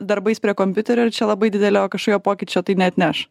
darbais prie kompiuterio ir čia labai didelio kažkokio pokyčio tai neatneš